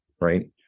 right